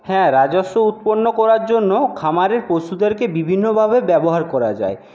হ্যাঁ রাজস্ব উৎপন্ন করার জন্য খামারের পশুদেরকে বিভিন্নভাবে ব্যবহার করা যায়